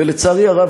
ולצערי הרב,